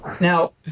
Now